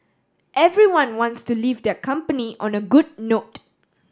everyone wants to leave their company on a good note